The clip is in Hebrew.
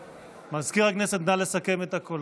מזכיר הכנסת נא לסכם את הקולות.